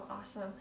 awesome